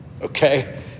okay